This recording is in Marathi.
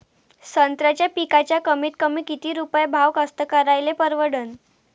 संत्र्याचा पिकाचा कमीतकमी किती रुपये भाव कास्तकाराइले परवडन?